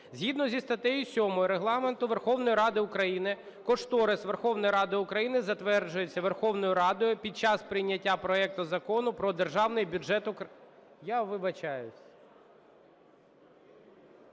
Згідно зі статтею 7 Регламенту Верховної Ради України кошторис Верховної Ради України затверджується Верховною Радою під час прийняття проекту закону про Державний бюджет України…